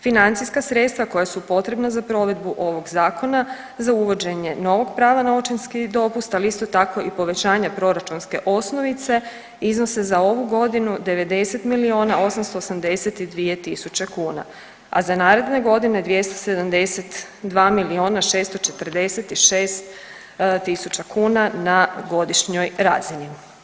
Financijska sredstva koja su potrebna za provedbu ovog zakona za uvođenje novog prava na očinski dopust, ali isto tako i povećanja proračunske osnovice iznose za ovu godinu 90 miliona 882 tisuće kuna, a za naredne godine 272 miliona 646 tisuća kuna na godišnjoj razini.